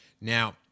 Now